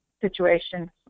situation